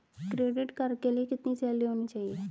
Credit card के लिए कितनी सैलरी होनी चाहिए?